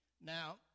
Now